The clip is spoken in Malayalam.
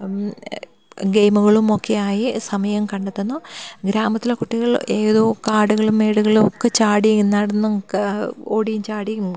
ഗെയിമുകളുമൊക്കെയായി സമയം കണ്ടെത്തുന്നു ഗ്രാമത്തിലെ കുട്ടികൾ ഏതോ കാടുകളും മേടുകളും ഒക്കെ ചാടിയും നടന്നും ഓടിയും ചാടിയും